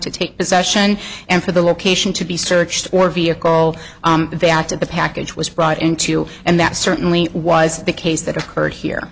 to take possession and for the location to be searched or vehicle they acted the package was brought into and that certainly was the case that occurred here